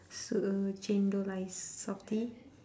so~ chendol ice Softee